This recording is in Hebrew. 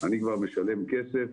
ואני משלם להן כסף,